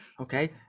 okay